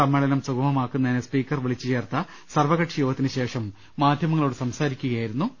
സമ്മേളനം സുഗമമാക്കുന്നതിന് സ്പീക്കർ വിളി ച്ചുചേർത്ത സർവ്വകക്ഷിയോഗത്തിനുശേഷം മാധ്യമങ്ങളോട് സംസാരിക്കുക യായിരുന്നു അവർ